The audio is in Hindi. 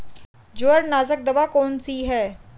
जवार नाशक दवा कौन सी है?